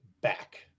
back